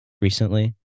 recently